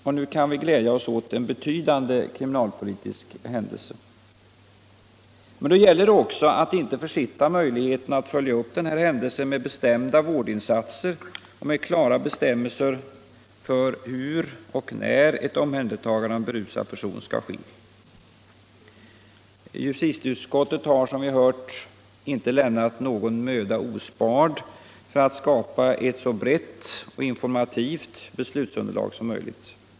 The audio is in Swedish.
Och nu kan vi glädja oss åt en betydande kriminalpolitisk händelse. Men då gäller det också att inte försitta möjligheterna att följa upp den här händelsen med bestämda vårdinsatser och med klara bestämmelser för hur och när ett omhän 170 dertagande av en berusad person skall ske. Justitieutskottet har, som vi hört, inte sparat någon möda för att skapa ett så brett och informativt beslutsunderlag som möjligt.